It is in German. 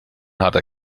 harter